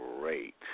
great